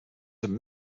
thing